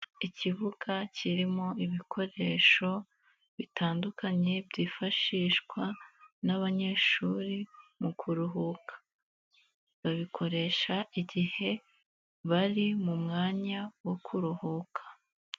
Ikibuga kirimo ibikoresho bitandukanye byifashishwa n'abanyeshuri mu kuruhuka babikoresha igihe bari mu mwanya wo kuruhuka.